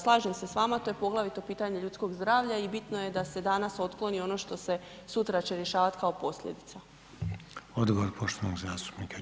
Slažem se s vama, to je poglavito pitanje ljudskog zdravlja i bitno je da se danas otkloni ono što se sutra će rješavati kao posljedica.